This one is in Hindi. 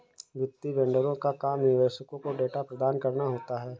वित्तीय वेंडरों का काम निवेशकों को डेटा प्रदान कराना होता है